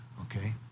okay